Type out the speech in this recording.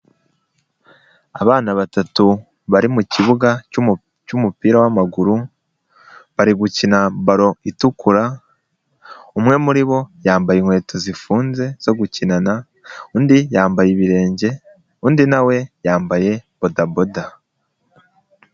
Abana batatu bari mu kibuga cy'umupira w'amaguru, bari gukina ballo itukura, umwe muribo yambaye inkweto zifunze zo gukinana, undi yambaye ibirenge, undi nawe yambaye bodaboda.